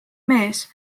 mees